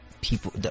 people